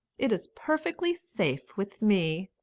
it is perfectly safe with me.